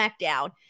Smackdown